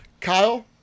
kyle